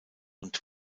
und